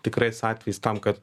tikrais atvejais tam kad